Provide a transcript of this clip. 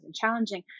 challenging